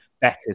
better